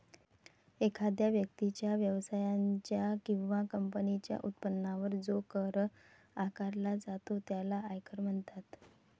एखाद्या व्यक्तीच्या, व्यवसायाच्या किंवा कंपनीच्या उत्पन्नावर जो कर आकारला जातो त्याला आयकर म्हणतात